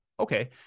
okay